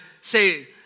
say